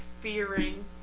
fearing